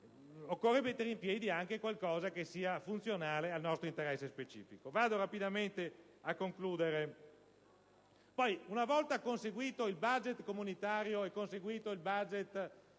alla Camera dei deputati - qualcosa che sia funzionale al nostro interesse specifico. Vado rapidamente a concludere. Una volta conseguito il *budget* comunitario e conseguito il *budget*